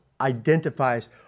identifies